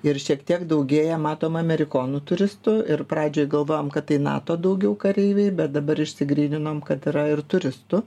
ir šiek tiek daugėja matom amerikonų turistų ir pradžioj galvojom kad tai nato daugiau kareiviai bet dabar išsigryninom kad yra ir turistų